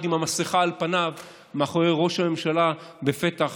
עם המסכה על פניו מאחורי ראש הממשלה בפתח